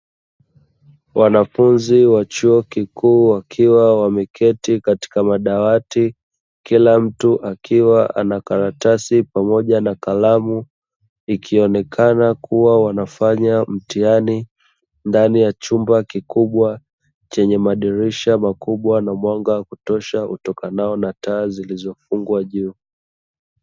Wanafunzi wa chuo kikuu wakiwa wameketi katika madawati, kila mtu akiwa ana karatasi pamoja na kalamu, ikionekana kuwa wanafanya mtihani, ndani ya chumba kikubwa chenye madirisha makubwa na mwanga kutosha, utokanao na taa zilizofungwa juu.